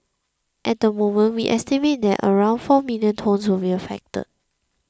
at the moment we estimate that around four million tonnes will be affected